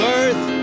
earth